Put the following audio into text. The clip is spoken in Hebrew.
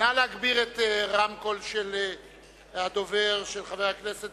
נא להגביר את הרמקול של הדובר, חבר הכנסת